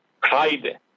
cried